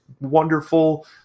Wonderful